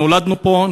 נולדנו פה,